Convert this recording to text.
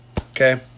okay